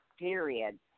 period